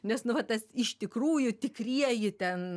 nes nu va tas iš tikrųjų tikrieji ten